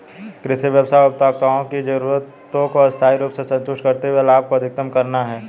कृषि व्यवसाय उपभोक्ताओं की जरूरतों को स्थायी रूप से संतुष्ट करते हुए लाभ को अधिकतम करना है